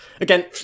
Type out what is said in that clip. Again